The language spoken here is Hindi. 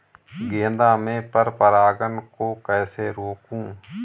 गेंदा में पर परागन को कैसे रोकुं?